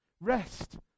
Rest